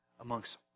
amongst